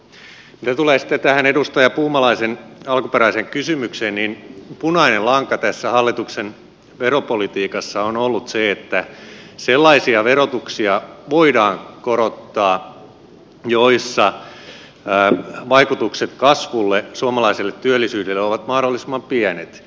mitä tulee sitten tähän edustaja puumalan alkuperäiseen kysymykseen niin punainen lanka tässä hallituksen veropolitiikassa on ollut se että sellaista verotusta voidaan korottaa jossa vaikutukset kasvuun suomalaiseen työllisyyteen ovat mahdollisimman pienet